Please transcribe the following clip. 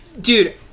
Dude